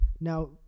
Now